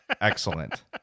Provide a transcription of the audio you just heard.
excellent